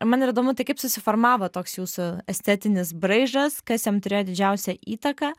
man įdomu tai kaip susiformavo toks jūsų estetinis braižas kas jam turėjo didžiausią įtaką